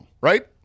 right